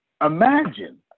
Imagine